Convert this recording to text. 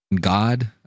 God